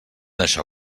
això